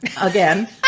again